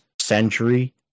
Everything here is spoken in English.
century